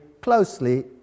closely